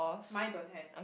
mine don't have